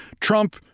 Trump